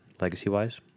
Legacy-wise